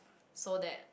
so that